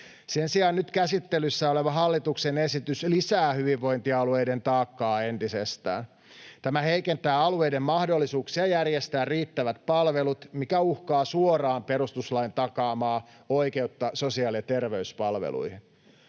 Sen sijaan nyt käsittelyssä oleva hallituksen esitys lisää hyvinvointialueiden taakkaa entisestään. Tämä heikentää alueiden mahdollisuuksia järjestää riittävät palvelut, mikä uhkaa suoraan perustuslain takaamaa oikeutta sosiaali‑ ja terveyspalveluihin.